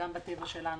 גם בטבע שלנו.